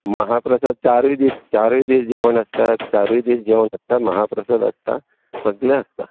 महाप्रसाद चारूय दीस चारूय दीस जेवण आसता चारूय दीस जेवण आसता महाप्रसाद आसता सगलें आसता